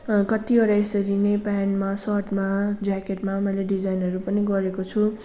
कत्तिवटा यसरी नै प्यान्टमा सर्टमा ज्याकेटमा मैले डिजाइनहरू पनि गरेको छु